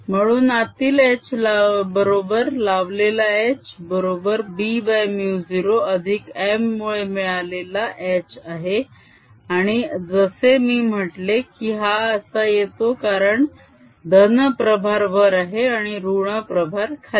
म्हणून आतील H बरोबर लावलेला H बरोबर bμ0 अधिक m मुळे मिळालेला H आहे आणि जसे मी म्हटले की हा असा येतो कारण धन प्रभार वर आहे आणि ऋण प्रभार खाली